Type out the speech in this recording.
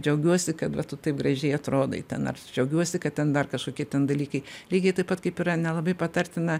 džiaugiuosi kad vat tu taip gražiai atrodai ten ar džiaugiuosi kad ten dar kašokie dalykai lygiai taip pat kaip yra nelabai patartina